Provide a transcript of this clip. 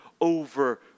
over